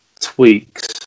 tweaks